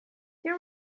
there